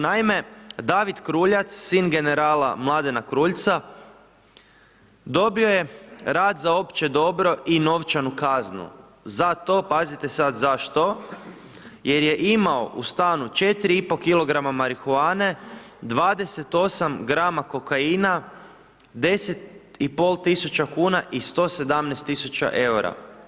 Naime, David Kruljac sin generala Mladena Kruljca dobio je rad za opće dobro i novčanu kaznu za to, pazite sad za što, jer je imao u stanu 4,5kg marihuane, 28g kokaina, 10,5 tisuća kuna i 117 tisuća eura.